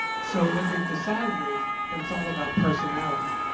so what they've decided is that it's all about personality.